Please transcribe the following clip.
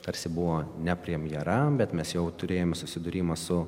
tarsi buvo ne premjera bet mes jau turėjom susidūrimą su